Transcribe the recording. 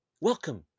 welcome